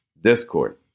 discord